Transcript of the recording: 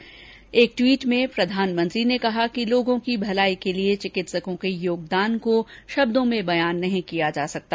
doctors day के अवसर पर एक ट्वीट में प्रधानमंत्री ने कहा कि लोगों की भलाई के लिए चिकित्सकों के योगदान को शब्दों में बयान नहीं किया जा सकता